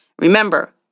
Remember